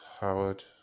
Howard